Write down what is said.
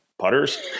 putters